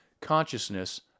consciousness